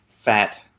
fat